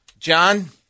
John